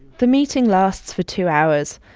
the meeting lasts for two hours.